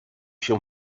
się